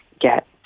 get